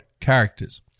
characters